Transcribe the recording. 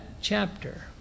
chapter